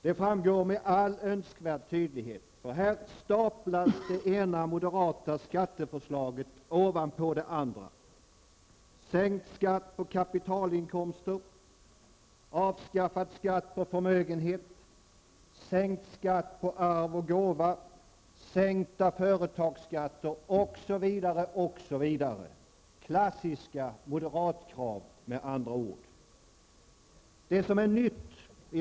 Det framgår med all önskvärd tydlighet. Här staplas det ena moderata skatteförslaget ovanpå det andra: Sänkt skatt på kapitalinkomster, avskaffad skatt på förmögenhet, sänkt skatt på arv och gåva, sänkta företagsskatter osv., osv. Det är med andra ord klassiska moderatkrav.